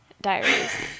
diaries